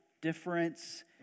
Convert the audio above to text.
difference